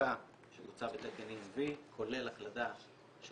שעסקה שבוצעה בתקן EMV כולל הקלדה של